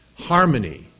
harmony